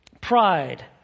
pride